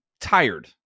tired